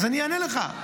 אז אני אענה לך: